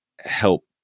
help